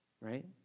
right